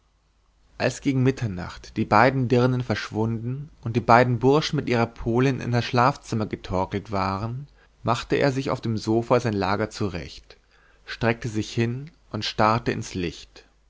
als gegen mitternacht die beiden dirnen verschwunden und die beiden burschen mit ihrer polin in das schlafzimmer getorkelt waren machte er auf dem sofa sein lager zurecht streckte sich hin und starrte ins licht